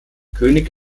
könig